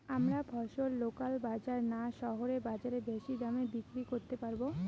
আমরা ফসল লোকাল বাজার না শহরের বাজারে বেশি দামে বিক্রি করতে পারবো?